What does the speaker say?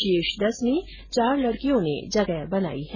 शीर्ष दस में चार लडकियों ने जगह बनाई है